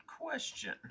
question